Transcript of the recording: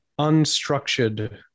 unstructured